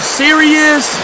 serious